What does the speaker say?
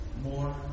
more